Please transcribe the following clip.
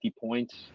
points